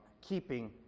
keeping